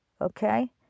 okay